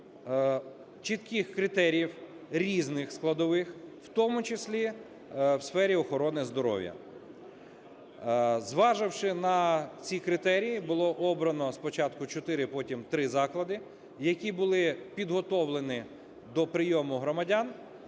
чітких критеріїв різних складових, в тому числі у сфері охорони здоров'я. Зваживши на ці критерії, було обрано спочатку чотири, потім три заклади, які були підготовлені до прийому громадян.